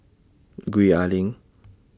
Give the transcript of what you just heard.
Gwee Ah Leng